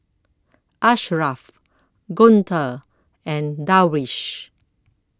Ashraff Guntur and Darwish